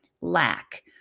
lack